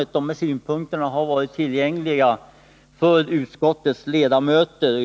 De här synpunkterna har varit tillgängliga för utskottets ledamöter.